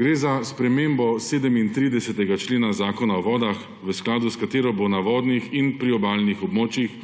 Gre za spremembo 37. člena Zakona o vodah, v skladu s katero bo na vodnih in priobalnih območjih